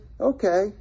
okay